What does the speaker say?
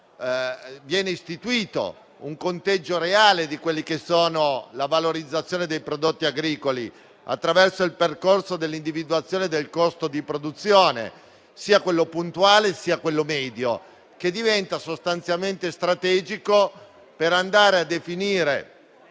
viene istituito un conteggio reale della valorizzazione dei prodotti agricoli, attraverso il percorso dell'individuazione del costo di produzione, sia di quello puntuale che di quello medio, che diventa sostanzialmente strategico per andare a definire